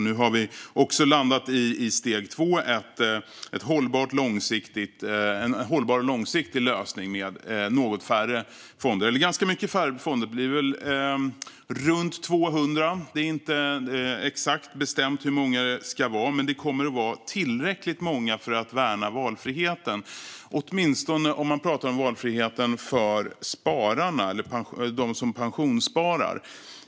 Nu har vi också landat i steg två - en hållbar och långsiktig lösning med något färre, eller ganska mycket färre, fonder. Det blir runt 200. Det är inte bestämt exakt hur många det ska vara, men det kommer att vara tillräckligt många för att värna valfriheten, åtminstone om man pratar om valfriheten för dem som pensionssparar.